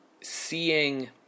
seeing